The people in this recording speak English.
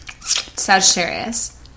Sagittarius